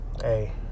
hey